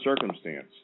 circumstance